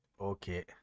Okay